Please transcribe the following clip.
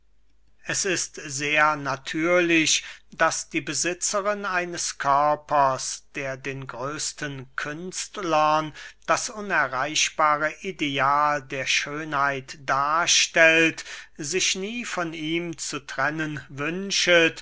es ist sehr natürlich daß die besitzerin eines körpers der den größten künstlern das unerreichbare ideal der schönheit darstellt sich nie von ihm zu trennen wünschet